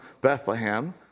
Bethlehem